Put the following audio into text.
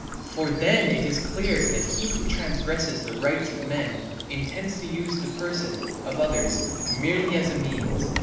for then it is clear that he who transgresses the rights of men intends to use the person of others merely as a means,